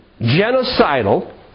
genocidal